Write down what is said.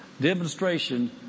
demonstration